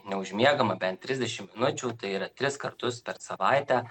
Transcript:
neužmiegama bent trisdešimt minučių tai yra tris kartus per savaitę